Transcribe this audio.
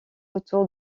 autour